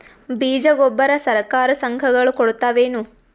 ಬೀಜ ಗೊಬ್ಬರ ಸರಕಾರ, ಸಂಘ ಗಳು ಕೊಡುತಾವೇನು?